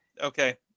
Okay